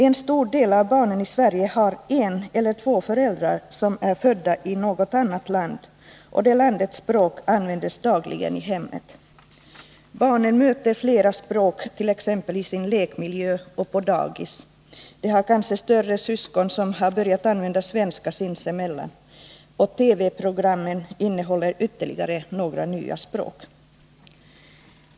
En stor del av barnen i Sverige har en eller två föräldrar, som är födda i något annat land, och det landets språk används dagligen i hemmet. Barnen möter flera andra språk, t.ex. i sin lekmiljö och på daghemmet. Det har kanske större syskon som har börjat använda svenska sinsemellan. och TV-programmen innehåller ytterligare några nya språk.